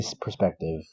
perspective